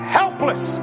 helpless